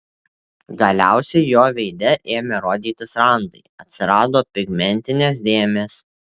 galiausiai jo veide ėmė rodytis randai atsirado pigmentinės dėmės